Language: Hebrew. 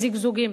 בזיגזוגים,